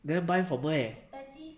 then buy from where